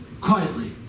quietly